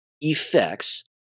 effects